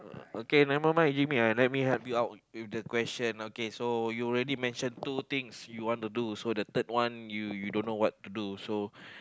okay never mind give me let me help you out with the question okay so you already mention two things you want to do so the third one you dunno what to do so